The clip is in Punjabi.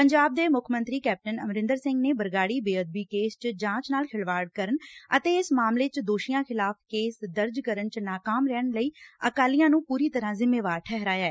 ਪੰਜਾਬ ਦੇ ਮੁੱਖ ਮੰਤਰੀ ਕੈਪਟਨ ਅਮਰਿੰਦਰ ਸਿੰਘ ਨੇ ਬਰਗਾੜੀ ਬੇਅਦਬੀ ਕੇਸ ਚ ਜਾਂਚ ਨਾਲ ਖਿਲਵਾੜ ਕਰਨ ਅਤੇ ਇਸ ਮਾਮਲੇ ਚ ਦੋਸ਼ੀਆਂ ਖਿਲਾਫ਼ ਕੇਸ ਦਰਜ ਕਰਨ ਚ ਨਾਕਾਮ ਰਹਿਣ ਲਈ ਅਕਾਲੀਆਂ ਨੂੰ ਪੁਰੀ ਤਰ੍ਰਾਂ ਜਿੰਮੇਵਾਰ ਠਹਿਰਾਇਐ